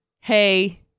hey